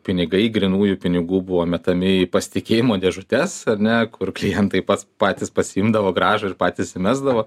pinigai grynųjų pinigų buvo metami į pasitikėjimo dėžutes ar ne kur klientai pats patys pasiimdavo grąžą ir patys įmesdavo